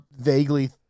vaguely